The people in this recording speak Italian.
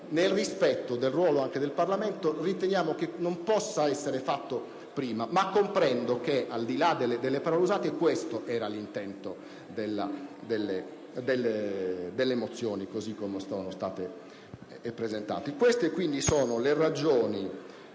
nel rispetto del ruolo del Parlamento riteniamo che non possa essere fatto prima, ma comprendo che, al di là delle parole usate, questo era l'intento delle mozioni così come sono state presentate. Sono queste quindi le ragioni